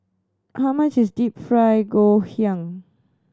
how much is Deep Fried Ngoh Hiang